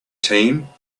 team